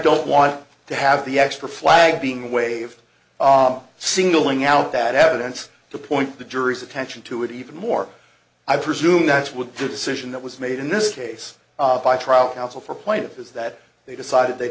don't want to have the extra flag being waved singling out that evidence to point the jury's attention to it even more i presume that's with the decision that was made in this case by trial counsel for point is that they decided they